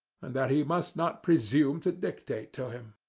and that he must not presume to dictate to him.